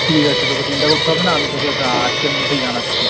ঠিক আছে তোকে চিন্তা করতে হবে না আমি তোকে আজকের মধ্যেই জানাচ্ছি